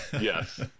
Yes